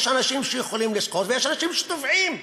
יש אנשים שיכולים לשחות, ויש אנשים שטובעים.